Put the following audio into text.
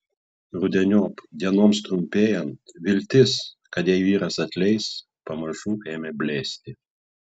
rudeniop dienoms trumpėjant viltis kad jai vyras atleis pamažu ėmė blėsti